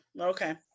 Okay